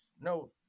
no